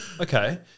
Okay